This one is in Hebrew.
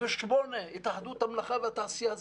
התאחדות המלאכה והתעשייה,